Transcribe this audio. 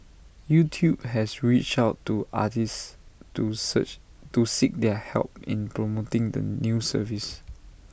YouTube has reached out to artists to search to seek their help in promoting the new service